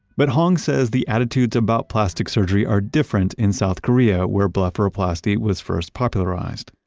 but hong says the attitudes about plastic surgery are different in south korea where blepharoplasty was first popularized.